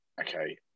okay